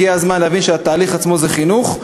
והגיע הזמן להבין שהתהליך עצמו זה חינוך.